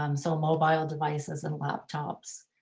um so mobile devices and laptops,